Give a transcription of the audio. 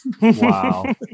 Wow